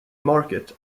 market